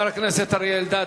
חבר הכנסת אריה אלדד,